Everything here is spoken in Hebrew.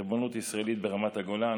ריבונות ישראלית ברמת הגולן,